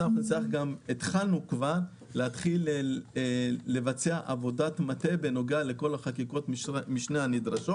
התחלנו כבר לבצע עבודת מטה בנוגע לכל חקיקות המשנה הנדרשות